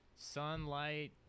Sunlight